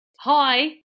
Hi